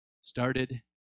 started